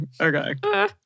okay